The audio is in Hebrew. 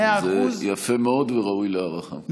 זה יפה מאוד וראוי להערכה.